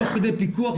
תוך כדי פיקוח,